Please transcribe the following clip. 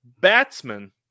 batsman